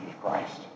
Christ